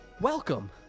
Welcome